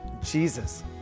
Jesus